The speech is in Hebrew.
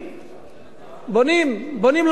בשבוע שעבר וראה שבונים, בונים, בונים לא מעט,